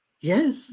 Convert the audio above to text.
Yes